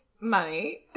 money